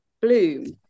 bloom